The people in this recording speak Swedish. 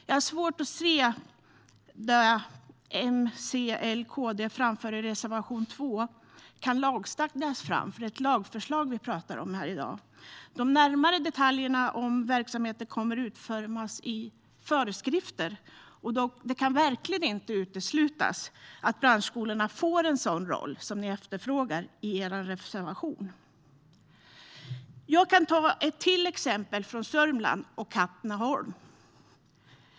Jag har svårt att se att det som Moderaterna, Centerpartiet, Liberalerna och Kristdemokraterna framför i reservation 2 kan lagstadgas fram. Det är ju ett lagförslag vi pratar om här i dag. De närmare detaljerna om verksamheten kommer att utformas i föreskrifterna, och det kan verkligen inte uteslutas att branschskolorna får en sådan roll som ni efterfrågar i er reservation. Jag kan ge ett till exempel från Sörmland och Katrineholm.